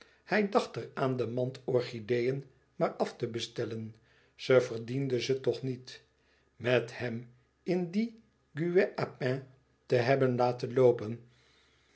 hij dacht er aan de mand orchideëen maar af te bestellen ze verdiende ze toch niet met hem in dien guet apens te hebben laten loopen